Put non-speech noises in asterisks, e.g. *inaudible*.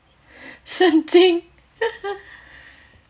神经 *laughs*